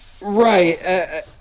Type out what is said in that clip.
Right